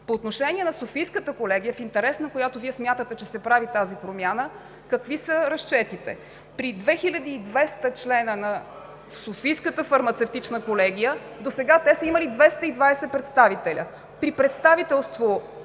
По отношение на Софийската колегия, в интерес на която Вие смятате, че се прави тази промяна – какви са разчетите? При 2200 члена на Софийската фармацевтична колегия, досега те са имали 220 представители, а при представителство